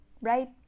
right